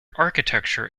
architecture